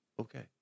okay